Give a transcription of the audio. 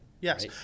Yes